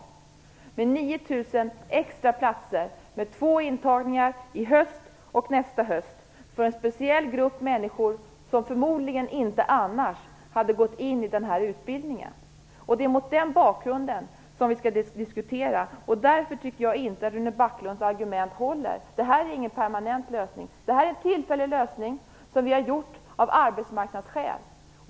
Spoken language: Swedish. Det gäller 9 000 extra platser och två intagningar, i höst och nästa höst, för en speciell grupp människor som förmodligen annars inte skulle ha gått den här utbildningen. Mot den bakgrunden skall vi föra diskussionen. Därför tycker jag inte att Rune Backlunds argument håller. Det här är ingen permanent lösning. Det här är en tillfällig lösning av arbetsmarknadsskäl.